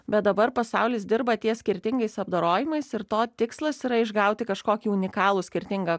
bet dabar pasaulis dirba ties skirtingais apdorojamais ir to tikslas yra išgauti kažkokį unikalų skirtingą